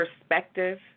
perspective